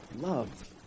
love